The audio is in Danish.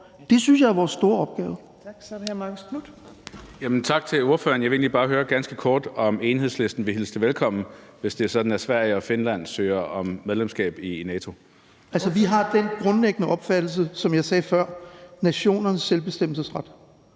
Det synes jeg er vores store opgave.